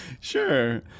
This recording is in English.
Sure